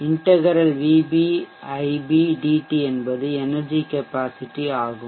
integral V Ib dt என்பது energy capacity ஆகும்